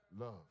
Love